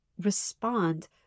respond